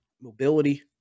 mobility